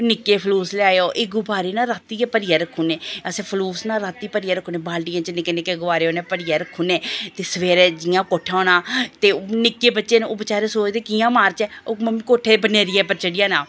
निक्के फलूस लेआयो एह् निक्के गुब्बारे न रातीं गै भरियै रक्खी ओड़ने असैं फलूस ना रातीं भरियै रक्खी ओड़ने निक्के निक्के गुब्बारे ना उनैं बाल्टियैं च भरियै रक्खी ओड़नें ते सवेरैं दियां कोट्ठै होना निक्के बच्चे न ओह् बचैरे सोचदे कियां मारचै कोट्ठे दी बनेरियै उप्पर चढ़ी जाना